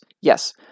Yes